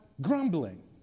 grumbling